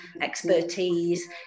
expertise